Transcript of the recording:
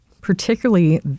particularly